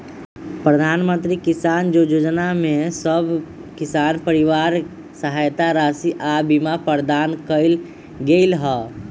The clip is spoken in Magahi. प्रधानमंत्री किसान जोजना में सभ किसान परिवार के सहायता राशि आऽ बीमा प्रदान कएल गेलई ह